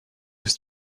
his